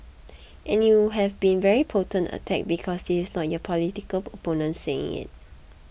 and it would have been very potent attack because this is not your political opponent saying it